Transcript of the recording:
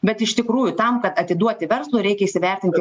bet iš tikrųjų tam kad atiduoti verslui reikia įsivertinti